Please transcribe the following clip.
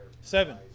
Seven